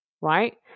right